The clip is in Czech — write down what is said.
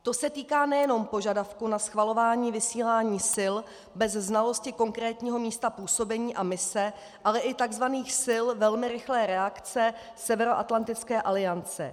To se týká nejenom požadavku na schvalování vysílání sil bez znalosti konkrétního místa působení a mise, ale i takzvaných sil velmi rychlé reakce Severoatlantické aliance.